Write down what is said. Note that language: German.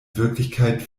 wirklichkeit